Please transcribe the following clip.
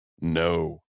no